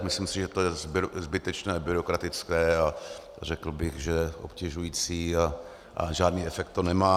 Myslím si, že to je zbytečné, byrokratické, a řekl bych, že obtěžující, a žádný efekt to nemá.